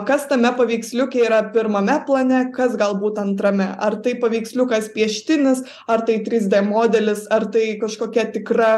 kas tame paveiksliuke yra pirmame plane kas galbūt antrame ar tai paveiksliukas pieštinis ar tai trys d modelis ar tai kažkokia tikra